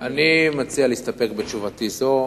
אני מציע להסתפק בתשובתי זו.